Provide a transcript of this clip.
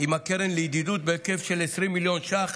עם הקרן לידידות בהיקף של 20 מיליון ש"ח,